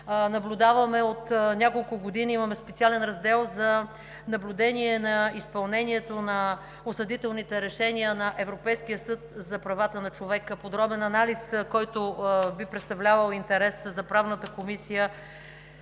решения. От няколко години имаме специален раздел за наблюдение изпълнението на осъдителните решения на Европейския съд за правата на човека, подробен анализ, който би представлявал интерес за Правната комисия.